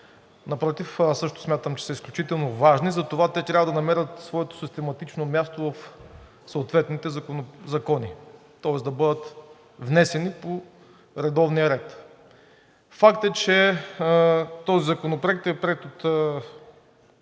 напротив, аз също смятам, че са изключително важни и затова те трябва да намерят своето систематично място в съответните закони, тоест да бъдат внесени по редовния ред. Факт е, че този законопроект е приет от